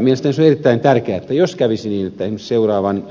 mielestäni on erittäin tärkeää jos kävisi niin että esimerkiksi seuraavan